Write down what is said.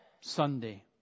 Sunday